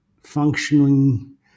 functioning